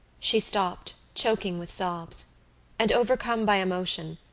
she stopped, choking with sobs and, overcome by emotion,